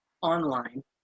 online